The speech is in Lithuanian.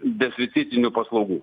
deficitinių paslaugų